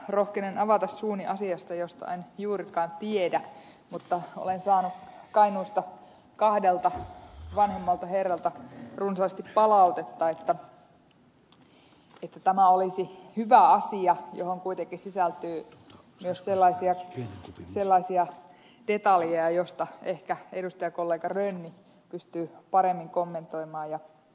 rohkenen avata suuni asiasta josta en juurikaan tiedä mutta olen saanut kainuusta kahdelta vanhemmalta herralta runsaasti palautetta että tämä olisi hyvä asia johon kuitenkin sisältyy myös sellaisia detaljeja joita ehkä edustajakollega rönni pystyy paremmin kommentoimaan ja niistä keskustelemaan